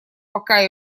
пока